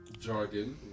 Jargon